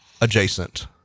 adjacent